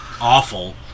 awful